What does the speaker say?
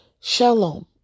Shalom